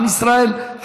עם ישראל,